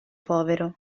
povero